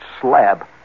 slab